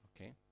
Okay